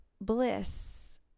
bliss